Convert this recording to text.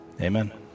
Amen